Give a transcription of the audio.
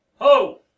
Ho